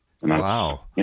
Wow